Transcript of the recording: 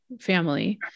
family